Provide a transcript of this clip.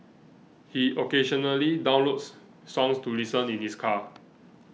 he occasionally downloads songs to listen in his car